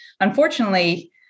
unfortunately